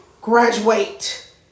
graduate